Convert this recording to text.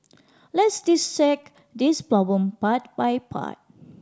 let's dissect this problem part by part